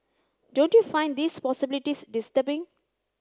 don't you find these possibilities disturbing